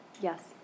Yes